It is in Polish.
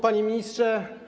Panie Ministrze!